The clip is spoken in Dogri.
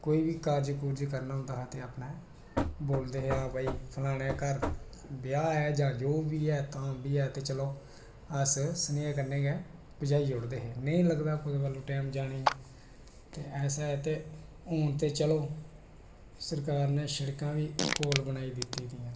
कोई बी कारज़ करना होंदा हा ते अपने बोलदे हे कि हां भई फलानै दे घर ब्याह् बी ऐ जां जो बी ऐ ते चलो अस सनेहा कन्नै गै पजाई ओड़े हे ते नेईं लगदा टाइम केईं बारी जाने गी ऐसा ऐ ते हून ते चलो सरकार नै शिड़कां बी कोल बनाई दित्ती दियां